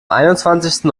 einundzwanzigsten